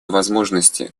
возможности